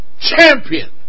champion